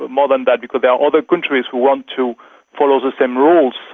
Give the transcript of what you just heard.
but more than that because there are other countries who want to follow the same rules,